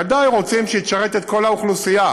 ובוודאי רוצים שהיא תשרת את כל האוכלוסייה.